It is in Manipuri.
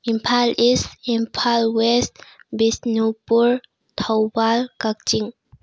Imphal is Imphal west Bishnupur Thoubal Kakching